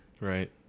Right